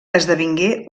esdevingué